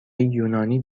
یونانی